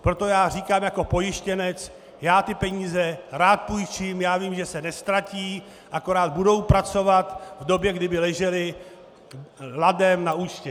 Proto já říkám jako pojištěnec, já ty peníze rád půjčím, já vím, že se neztratí, akorát budou pracovat v době, kdy by ležely ladem na účtě.